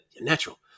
natural